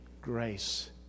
grace